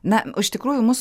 na iš tikrųjų mus